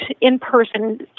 in-person